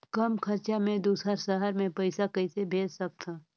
कम खरचा मे दुसर शहर मे पईसा कइसे भेज सकथव?